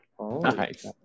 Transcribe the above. Nice